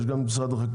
יש גם את משרד החקלאות,